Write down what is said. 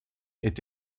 est